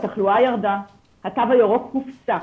כשהתחלואה ירדה התו הירוק הופסק,